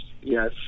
yes